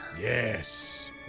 Yes